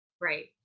Right